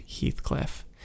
Heathcliff